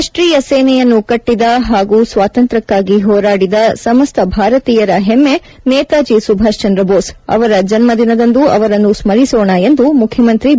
ರಾಷ್ಟೀಯ ಸೇನೆಯನ್ನು ಕಟ್ಟಿದ ಹಾಗೂ ಸ್ವಾತಂತ್ರ್ತಕ್ಕಾಗಿ ಹೋರಾದಿದ ಸಮಸ್ತ ಭಾರತೀಯರ ಹೆಮ್ಮೆ ನೇತಾಜಿ ಸುಭಾಷ್ ಚಂದ್ರ ಬೋಸ್ ಅವರ ಜನ್ಮ ದಿನದಂದು ಅವರನ್ನು ಸ್ಮರಿಸೋಣ ಎಂದು ಮುಖ್ಯಮಂತ್ರಿ ಬಿ